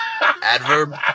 Adverb